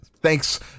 Thanks